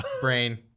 Brain